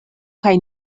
kaj